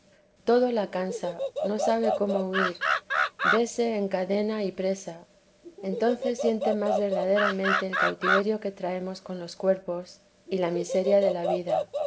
todo la cansa no sabe cómo huir vese en cadena y presa entonces siente más verdaderamente el cautiverio que traemos con los cuerpos y la miseria de la vida